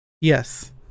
Yes